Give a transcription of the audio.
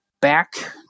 back